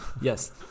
Yes